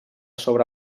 sobre